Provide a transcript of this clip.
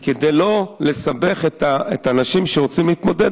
וכדי לא לסבך את האנשים שרוצים להתמודד